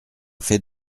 fait